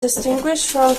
distinguished